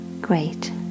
Great